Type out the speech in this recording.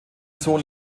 sohn